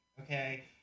okay